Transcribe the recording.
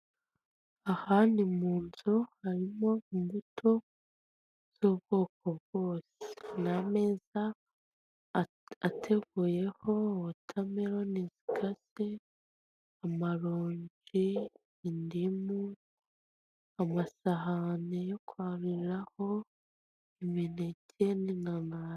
Aha ni mu nzu harimo imbuto z'ubwoko bwose ni ameza ateguyeho, wotameroni zikase amaronji indimu amasahani yo kwaruriraho, imineke, n'inanasi.